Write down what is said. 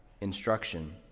instruction